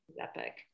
epic